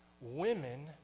women